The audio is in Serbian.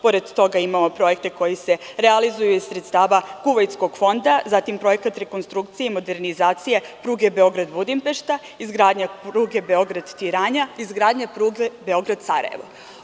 Pored toga, imamo projekte koji se realizuju iz sredstava kuvajtskog fonda, zatim projekat rekonstrukcije i modernizacije pruge Beograd-Budimpešta, izgradnja pruge Beograd-Tirana, izgradnja pruge Beograd-Sarajevo.